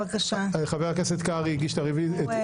חבר הכנסת קרעי הגיש את הרוויזיה.